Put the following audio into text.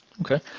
Okay